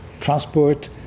transport